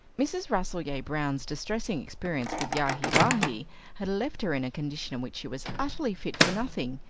mrs. rasselyer-brown's distressing experience with yahi-bahi had left her in a condition in which she was utterly fit for nothing,